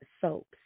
soaps